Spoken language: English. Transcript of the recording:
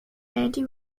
andy